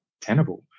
tenable